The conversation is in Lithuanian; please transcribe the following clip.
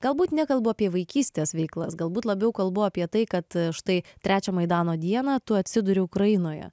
galbūt nekalbu apie vaikystės veiklas galbūt labiau kalbu apie tai kad štai trečią maidano dieną tu atsiduri ukrainoje